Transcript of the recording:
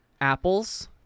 Apples